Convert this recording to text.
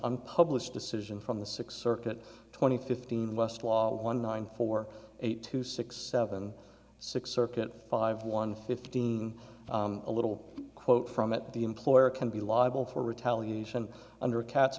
unpublished decision from the six circuit twenty fifteen west law one nine four eight two six seven six circuit five one fifteen a little quote from it the employer can be liable for retaliation under cat